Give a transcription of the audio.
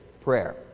prayer